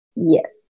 Yes